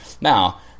now